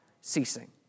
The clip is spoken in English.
ceasing